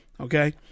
Okay